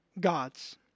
gods